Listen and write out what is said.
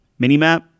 minimap